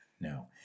no